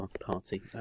party